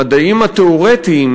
המדעים התיאורטיים,